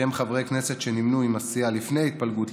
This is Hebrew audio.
שהם חברי הכנסת שנמנו עם הסיעה לפני ההתפלגות,